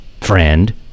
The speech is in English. friend